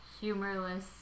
Humorless